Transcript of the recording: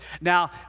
Now